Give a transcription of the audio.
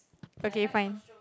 okay fine